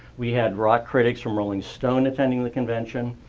we had rock critics from rolling stone attending the convention.